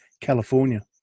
California